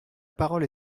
parole